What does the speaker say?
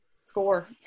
score